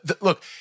look